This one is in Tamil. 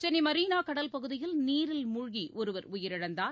சென்னை மெரினா கடல் பகுதியில் நீரில் மூழ்கி ஒருவர் உயிரிழந்தார்